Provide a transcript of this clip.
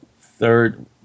third